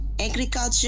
Agriculture